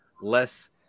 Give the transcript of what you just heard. less